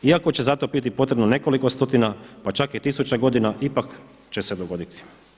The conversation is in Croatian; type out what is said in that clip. Iako će za to biti potrebno nekoliko stotina, pa čak i tisuća godina ipak će se dogoditi.